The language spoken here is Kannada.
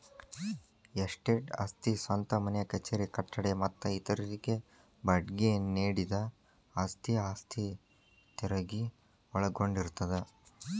ಎಸ್ಟೇಟ್ ಆಸ್ತಿ ಸ್ವಂತ ಮನೆ ಕಚೇರಿ ಕಟ್ಟಡ ಮತ್ತ ಇತರರಿಗೆ ಬಾಡ್ಗಿ ನೇಡಿದ ಆಸ್ತಿ ಆಸ್ತಿ ತೆರಗಿ ಒಳಗೊಂಡಿರ್ತದ